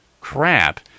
crap